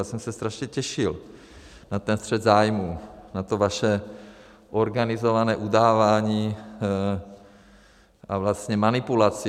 Já jsem se strašně těšil na ten střet zájmů, na to vaše organizované udávání a vlastně manipulaci.